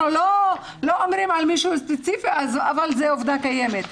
אנחנו לא מדברים על מישהו ספציפי אבל זאת עובדה קיימת.